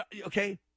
Okay